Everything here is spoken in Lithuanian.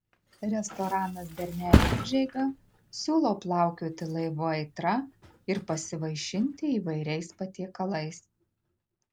restoranas bernelių užeiga siūlo plaukioti laivu aitra ir pasivaišinti įvairiais patiekalais